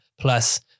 plus